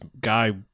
guy